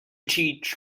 teach